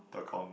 Tekong